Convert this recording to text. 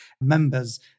Members